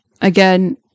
Again